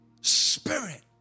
Spirit